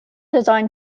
design